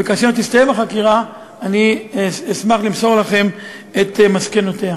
וכאשר תסתיים החקירה אני אשמח למסור לכם את מסקנותיה.